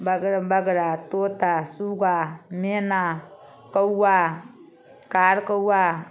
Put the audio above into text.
बग बगरा तोता सुग्गा मैना कौआ कार कौआ